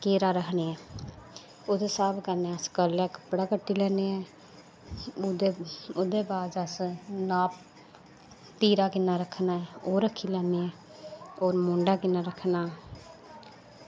घेरा रक्खने ऐं ओह्दे स्हाब कन्नै अस कपड़ा कट्टी लैन्ने ऐं ओह्दै बाद नाप तीरा किन्ना रक्खना ऐ ओह् रक्खी लैन्ने ऐं होर मूंड़ा किन्ना रक्खना